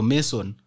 Mason